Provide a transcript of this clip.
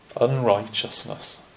Unrighteousness